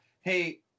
hey